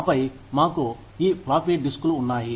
ఆపై మాకు ఈ ఫ్లాపీ డిస్కులు ఉన్నాయి